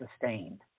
sustained